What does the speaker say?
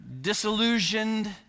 disillusioned